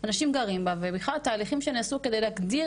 אנשים גרים בה ובכלל תהליכים שנעשו כדי להגדיר